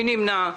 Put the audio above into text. מי נמנע?